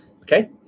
okay